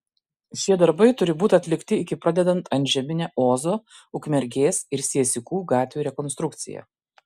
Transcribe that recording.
šie darbai turi būti atlikti iki pradedant antžeminę ozo ukmergės ir siesikų gatvių rekonstrukciją